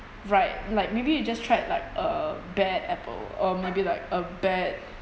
right like maybe you just tried like a bad apple or maybe like a bad